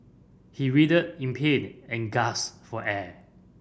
he writhed in pain and gasped for air